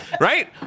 Right